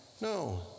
No